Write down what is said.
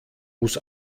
muss